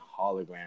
hologram